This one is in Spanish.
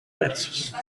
versos